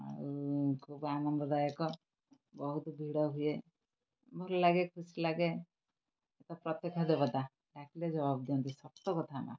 ଆଉ ଖୁବ୍ ଆନନ୍ଦଦାୟକ ବହୁତ ଭିଡ଼ ହୁଏ ଭଲ ଲାଗେ ଖୁସି ଲାଗେ ପ୍ରତ୍ୟକ୍ଷ ଦେବତା ଡାକିଲେ ଜବାବ ଦିଅନ୍ତି ସତ କଥା ମାଆ